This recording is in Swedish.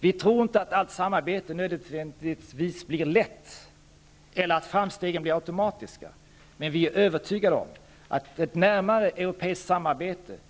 Vi tror inte att allt samarbete nödvändigtvis blir lätt eller att framstegen blir automatiska, men vi är övertygade om att ett närmare europeiskt samarbete och ett medlemskap